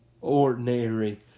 ordinary